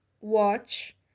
watch